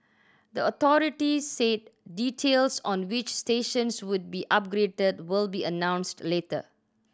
the authority said details on which stations would be upgraded will be announced later